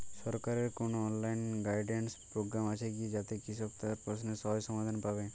সরকারের কোনো online guidance programme আছে কি যাতে কৃষক তার প্রশ্নের সহজ সমাধান পাবে?